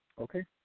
okay